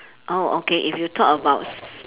oh okay if you talk about s~